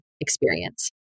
experience